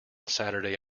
saturday